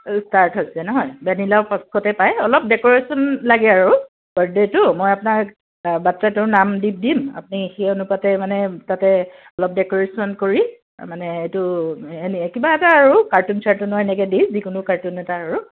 start হৈছে নহয় ভেনিলাও পায় অলপ ডেক'ৰেশ্যন লাগে আৰু বাৰ্দডে'তো মই আপোনাক বাচ্ছাটোৰ নাম দি দিম আপুনি সেই অনুপাতে মানে তাতে অলপ ডেক'ৰেশ্যন কৰি মানে এইটো এনে কিবা এটা আৰু কাৰ্টোন চাৰ্টোনো এনেকৈ দি যিকোনো কাৰ্টোন এটা আৰু